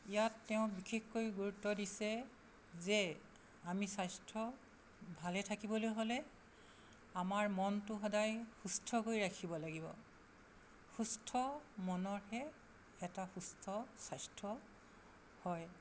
ইয়াত তেওঁ বিশেষকৈ গুৰুত্ব দিছে যে আমি স্বাস্থ্য ভালে থাকিবলৈ হ'লে আমাৰ মনটো সদায় সুস্থ কৰি ৰাখিব লাগিব সুস্থ মনৰহে এটা সুস্থ স্বাস্থ্য হয়